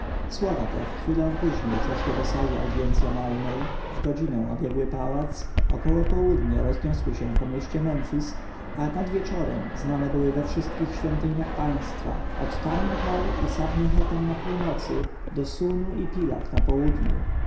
słowa te w chwilę później przeszły do sali audjencjonalnej w godzinę obiegły pałac około południa rozniosły się po mieście memfis a nad wieczorem znane były we wszystkich świątyniach państwa od tami-n-hor i sabne-chetam na północy do situnu i pilak na południu